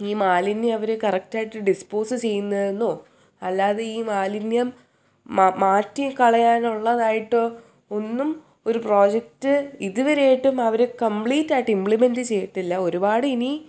ഈ മാലിന്യം അവർ കറക്റ്റായിട്ട് ഡിസ്പോസ് ചെയ്യുന്നതെന്നോ അല്ലാതെ ഈ മാലിന്യം മാറ്റിക്കളയാനുള്ളതായിട്ടോ ഒന്നും ഒരു പ്രൊജക്റ്റ് ഇതുവരെയായിട്ടും അവർ കംപ്ലീറ്റായിട്ട് ഇമ്പ്ലിമെൻ്റ് ചെയ്തിട്ടില്ല ഒരുപാട് ഇനി